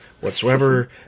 whatsoever